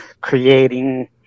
creating